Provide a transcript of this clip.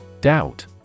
Doubt